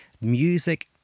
music